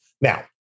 Now